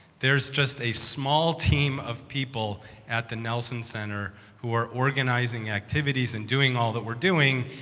there's just a small team of people at the nelson center who are organizing activities and doing all that we're doing,